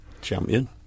Champion